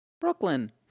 Brooklyn